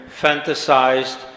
fantasized